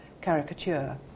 caricature